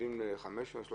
אנחנו מגיעים ל-500 שקל,